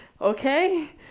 okay